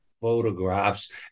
photographs